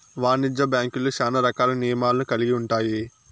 వాణిజ్య బ్యాంక్యులు శ్యానా రకాల నియమాలను కల్గి ఉంటాయి